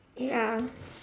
ya